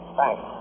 Thanks